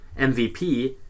MVP